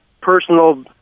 personal